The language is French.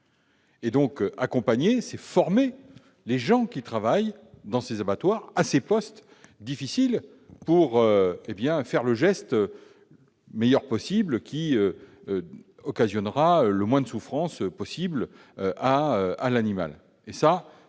Donc, accompagner, c'est former les gens qui travaillent dans les abattoirs à ces postes difficiles à faire le meilleur geste possible, celui qui occasionnera le moins de souffrance à l'animal.